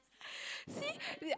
see